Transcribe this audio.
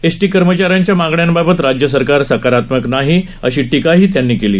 ST कर्मचाऱ्यांच्या मागण्यांबाबत राज्यसरकार सकारात्मक नाही अशी टीका त्यांनी केली